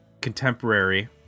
contemporary